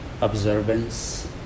observance